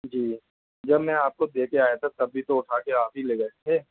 जी जब मैं आपको दे कर आया था तभी तो उठा कर आप ही ले गये थे